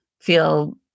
feel